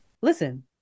Listen